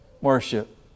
worship